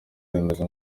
remezo